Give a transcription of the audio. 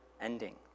ending